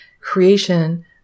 creation